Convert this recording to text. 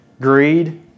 greed